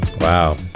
Wow